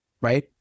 right